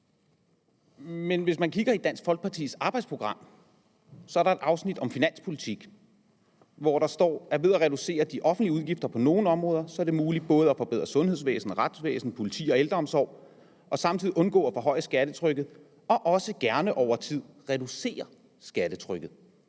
Hvis man kigger i Dansk Folkepartis arbejdsprogram, er der et afsnit om finanspolitik, hvor der står, at ved at reducere de offentlige udgifter på nogle områder er det muligt både at forbedre sundhedsvæsen, retsvæsen, politi og ældreomsorg og samtidig undgå at forhøje skattetrykket og også gerne over tid reducere skattetrykket.